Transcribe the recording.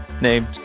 named